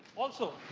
also,